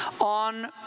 on